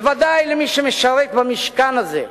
בוודאי למי שמשרת במשכן הזה,